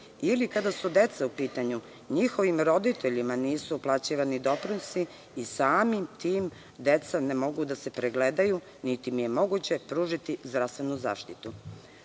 ili kada su deca u pitanju, njihovim roditeljima nisu uplaćivani doprinosi i samim tim deca ne mogu da se pregledaju, niti im je moguće pružiti zdravstvenu zaštitu. Sve